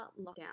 lockdown